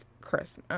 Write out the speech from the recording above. Christmas